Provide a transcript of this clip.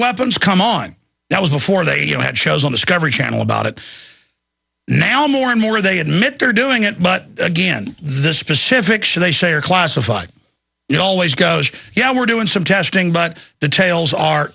weapons come on that was before they you know had shows on discovery channel about it now more and more they admit they're doing it but again this specific show they say are classified it always goes yeah we're doing some testing but the details are